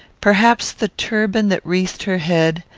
perhaps the turban that wreathed her head,